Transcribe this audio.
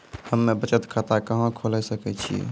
हम्मे बचत खाता कहां खोले सकै छियै?